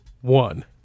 one